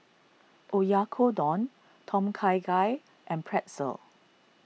Oyakodon Tom Kha Gai and Pretzel